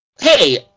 Hey